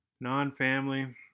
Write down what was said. non-family